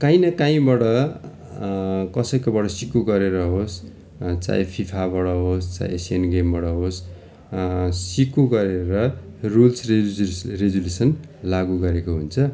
काहीँ न काहीँबाट कसैकोबाट सिको गरेर होस् चाहे फिफाबाट होस् चाहे एसियन गेमबाट होस् सिको गरेर रुल्स रेजुलेसन लागु गरेको हुन्छ